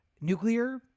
nuclear